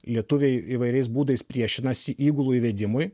lietuviai įvairiais būdais priešinasi įgulų įvedimui